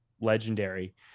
Legendary